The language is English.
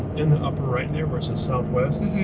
in the upper right there where it says southwest,